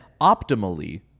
optimally